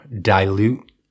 dilute